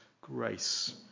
grace